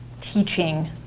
teaching